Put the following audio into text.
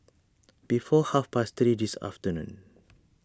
before half past three this afternoon